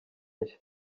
nshya